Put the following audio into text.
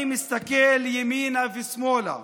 אני מסתכל ימינה ושמאלה